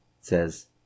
Says